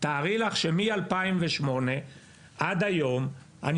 אז תתארי לך שמשנת 2008 ועד היום אני